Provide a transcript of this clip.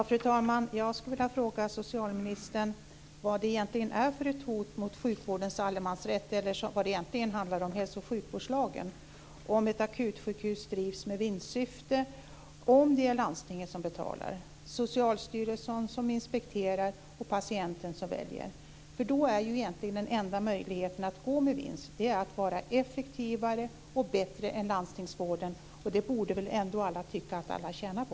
Fru talman! Jag skulle vilja fråga socialministern vad det egentligen är för ett hot mot sjukvårdens allemansrätt, eller hälso och sjukvårdslagen - som det egentligen handlar om - om ett akutsjukhus drivs med vinstsyfte ifall det är landstinget som betalar, Socialstyrelsen som inspekterar och patienten som väljer. Då är ju den enda möjligheten att gå med vinst egentligen att vara effektivare och bättre än landstingsvården. Det borde väl ändå alla tycka att alla tjänar på.